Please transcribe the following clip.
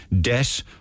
debt